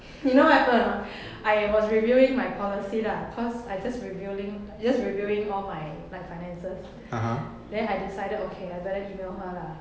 you know what happen or not I was reviewing my policy lah cause I just reveali~ reviewing all my like finances then I decided okay I better email her lah